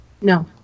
no